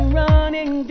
running